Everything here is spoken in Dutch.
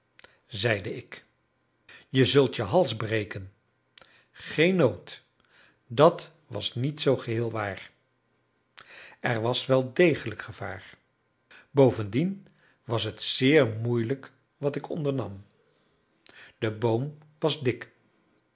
zeide ik je zult je hals breken geen nood dat was niet zoo geheel waar er was wel degelijk gevaar bovendien was het zeer moeilijk wat ik ondernam de boom was dik